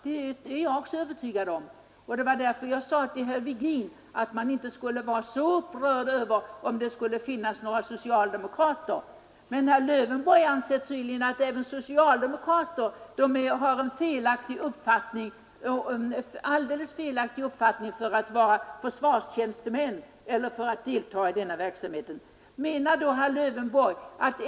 Det är jag övertygad om, och det var därför jag bad herr Virgin att inte vara så upprörd över om det även fanns några socialdemokrater. Herr Lövenborg anser att även socialdemokrater är olämpliga som försvarstjänstemän och i den hemliga underrättelseverksamheten.